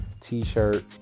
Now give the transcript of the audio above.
t-shirt